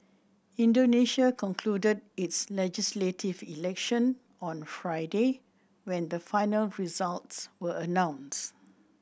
Indonesia concluded its legislative election on Friday when the final results were announced